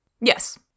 Yes